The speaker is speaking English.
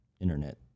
internet